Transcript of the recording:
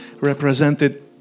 represented